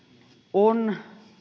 on